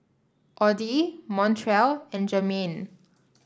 Audy Montrell and Jermain